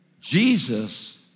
Jesus